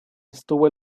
estuvo